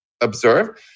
observe